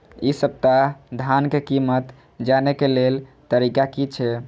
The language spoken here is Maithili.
इ सप्ताह धान के कीमत जाने के लेल तरीका की छे?